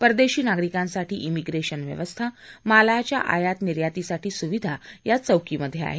परदेशी नागरिकांसाठी श्मिप्रेशन व्यवस्था मालाच्या आयात निर्यातीसाठी सुविधा या चौकीमध्ये आहेत